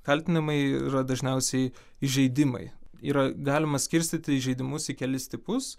kaltinimai yra dažniausiai įžeidimai yra galima skirstyti įžeidimus į kelis tipus